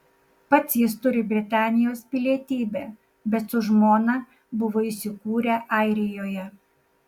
pats jis turi britanijos pilietybę bet su žmona buvo įsikūrę airijoje